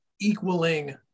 equaling